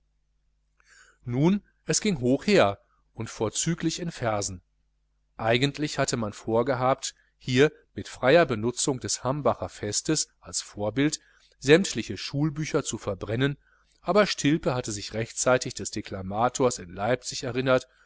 nun es ging hoch her und vorzüglich in versen eigentlich hatte man vorgehabt hier mit freier benutzung des hambacher festes als vorbild sämtliche schulbücher zu verbrennen aber stilpe hatte sich rechtzeitig des deklamators in leipzig erinnert